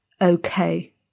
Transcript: okay